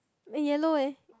eh yellow eh